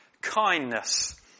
Kindness